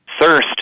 thirst